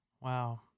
Wow